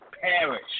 perish